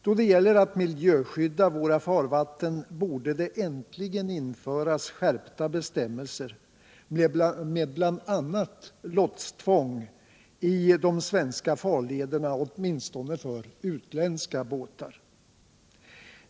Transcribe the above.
Då det gäller att miljöskydda våra farvatten borde det äntligen införas skärpta bestämmelser med bl.a. lotstvång i de svenska farlederna åtminstone för utländska båtar.